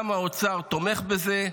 גם האוצר תומך בזה,